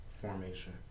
formation